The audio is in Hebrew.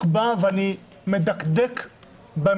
התשובה